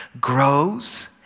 grows